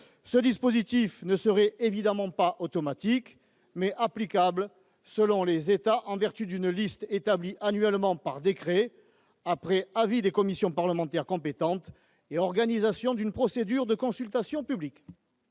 Ce dispositif ne serait évidemment pas automatique, mais applicable selon les États en vertu d'une liste établie annuellement par décret, après avis des commissions parlementaires compétentes et organisation d'une procédure de consultation publique.